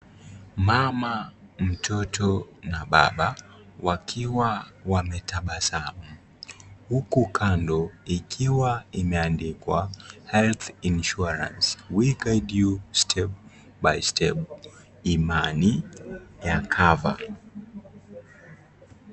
Mama mtoto na baba wakiwa wametabasamu huku kando ikiwa imeandikwa (cs) Health insurance we guide you step by step (cs)Imani ya (cs)cover(cs).